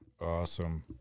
Awesome